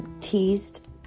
teased